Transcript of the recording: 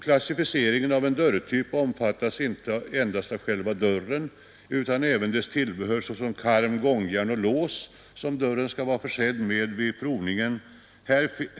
Klassificering av en dörrtyp omfattar inte endast själva dörren utan även dess tillbehör, såsom karm, gångjärn och lås, som dörren skall vara försedd med vid provningen.